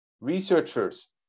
researchers